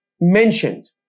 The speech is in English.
mentioned